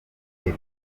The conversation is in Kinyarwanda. the